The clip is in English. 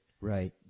right